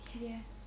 Yes